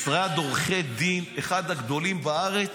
משרד עורכי דין, אחד הגדולים בארץ,